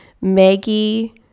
Maggie